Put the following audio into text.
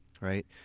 right